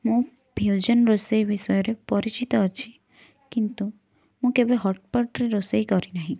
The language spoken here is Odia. ମୁଁ ରୋଷେଇ ବିଷୟରେ ପରିଚିତ ଅଛି କିନ୍ତୁ ମୁଁ କେବେ ହଟ୍ ପଟ୍ ରେ ରୋଷେଇ କରିନାହିଁ